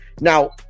Now